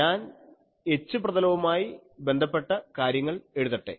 ഞാൻ H പ്രതലവുമായി ബന്ധപ്പെട്ട കാര്യങ്ങൾ എഴുതട്ടെ